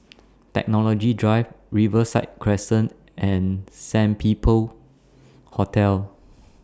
Technology Drive Riverside Crescent and Sandpiper Hotel